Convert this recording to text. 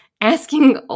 asking